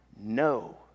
No